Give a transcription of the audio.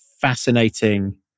fascinating